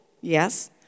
yes